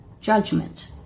judgment